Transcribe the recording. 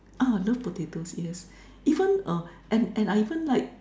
uh I love potatoes yes even uh and I even like